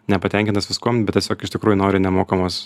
nepatenkintas viskuom bet tiesiog iš tikrųjų nori nemokamos